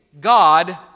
God